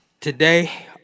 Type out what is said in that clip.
Today